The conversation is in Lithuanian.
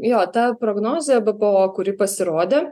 jo ta prognozė b p o kuri pasirodė